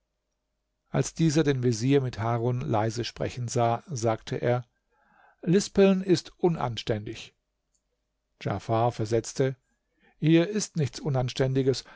als dieser den vezier mit harun leise sprechen sah sagte er lispeln ist unanständig djafar versetzte hier ist nichts unanständiges